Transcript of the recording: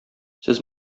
сез